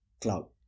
cloud